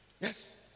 yes